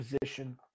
position